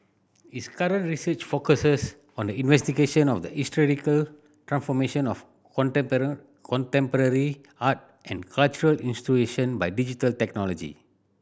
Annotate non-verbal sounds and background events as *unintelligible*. his current research focuses on the investigation of the historical transformation of *unintelligible* contemporary art and cultural *unintelligible* by digital technology